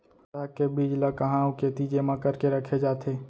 साग के बीज ला कहाँ अऊ केती जेमा करके रखे जाथे?